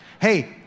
Hey